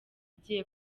igiye